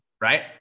Right